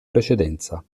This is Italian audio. precedenza